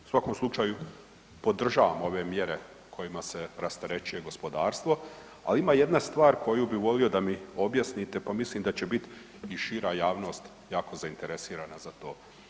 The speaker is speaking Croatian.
U svakom slučaju podržavam ove mjere kojima se rasterećuje gospodarstvo, ali ima jedna stvar koju bi volio da mi objasnite, pa mislim da će biti i šira javnost jako zainteresirana za to.